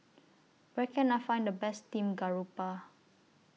Where Can I Find The Best Steamed Garoupa